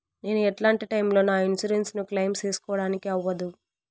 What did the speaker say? నేను ఎట్లాంటి టైములో నా ఇన్సూరెన్సు ను క్లెయిమ్ సేసుకోవడానికి అవ్వదు?